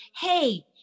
hey